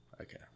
Okay